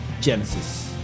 Genesis